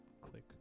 click